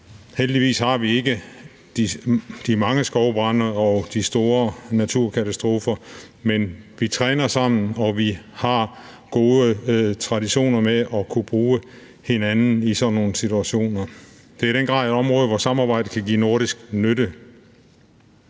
Heldigvis har vi ikke de mange skovbrande og de store naturkatastrofer, men vi træner sammen, og vi har gode traditioner med at kunne bruge hinanden i sådan nogle situationer. Det er i den grad et område, hvor samarbejdet kan give nordisk nytte.